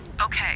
Okay